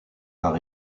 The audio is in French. par